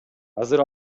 азыр